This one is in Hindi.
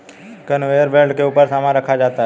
कनवेयर बेल्ट के ऊपर सामान रखा जाता है